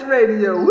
Radio